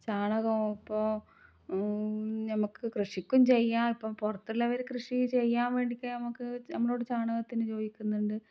ചാണകം ഇപ്പോൾ ഞമ്മക്ക് കൃഷിക്കും ചെയ്യാം ഇപ്പം പുറത്തുള്ളവർ കൃഷി ചെയ്യാൻ വേണ്ടിക്കെ നമുക്ക് നമ്മളോട് ചാണകത്തിന് ചോദിക്കുന്നുണ്ട്